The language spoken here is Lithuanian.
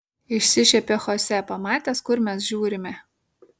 išsišiepė chose pamatęs kur mes žiūrime